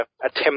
attempt